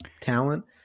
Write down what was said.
talent